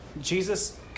Jesus